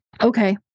okay